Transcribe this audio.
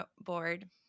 board